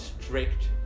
strict